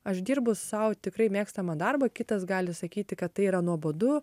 aš dirbu sau tikrai mėgstamą darbą kitas gali sakyti kad tai yra nuobodu